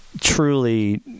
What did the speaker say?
truly